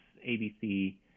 ABC